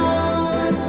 on